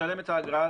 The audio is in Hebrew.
משלם את האגרה,